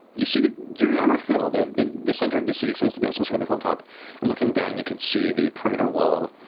you see that you're yeah on a hill. the the center of the city seems to be on some sort of hilltop and looking down, you can see the perimeter wall,